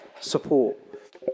support